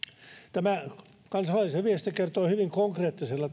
tämä kansalaisen viesti kertoo hyvin konkreettisella